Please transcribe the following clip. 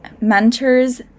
mentors